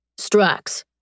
Strax